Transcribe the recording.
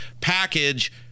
package